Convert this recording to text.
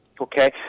okay